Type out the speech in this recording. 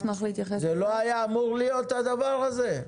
זה לא היה אמור להיות, הדבר הזה?